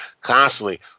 constantly